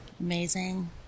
Amazing